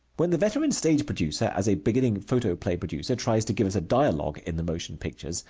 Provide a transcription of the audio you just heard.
when the veteran stage-producer as a beginning photoplay producer tries to give us a dialogue in the motion pictures,